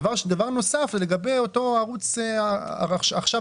דבר נוסף, לגבי ערוץ 14